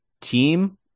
team